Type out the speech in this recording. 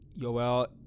Yoel